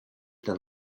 than